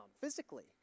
physically